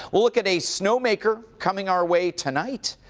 we'll look at a snowmaker coming our way tonight.